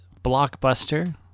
blockbuster